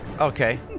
Okay